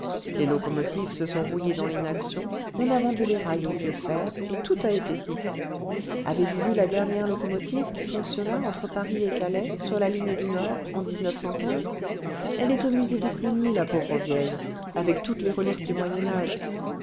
les locomotives se sont rouillées dans l'inaction on a vendu les rails au vieux fer et tout a été dit avez-vous vu la dernière locomotive qui fonctionna entre paris et calais sur la ligne du nord en elle est au musée de cluny la pauvre vieille avec toutes les reliques du